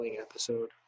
episode